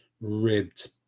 ribbed